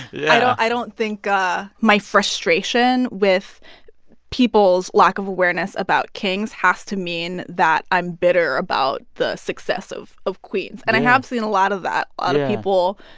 yeah i don't think ah my frustration with people's lack of awareness about kings has to mean that i'm bitter about the success of of queens. and i have seen a lot of that. a lot of people,